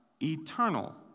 eternal